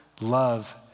love